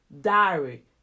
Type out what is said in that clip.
diary